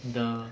你的